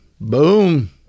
Boom